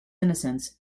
innocence